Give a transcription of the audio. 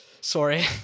Sorry